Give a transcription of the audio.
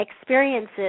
experiences